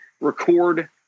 record